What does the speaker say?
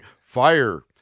fire